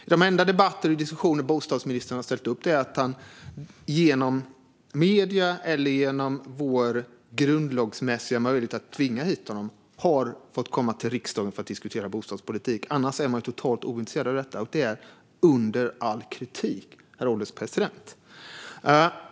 De enda debatter och diskussioner bostadsministern har ställt upp i är genom medier eller när han genom vår grundlagsmässiga möjlighet att tvinga hit honom har fått komma till riksdagen för att diskutera bostadspolitik - annars är han totalt ointresserad av detta. Det är under all kritik, herr ålderspresident.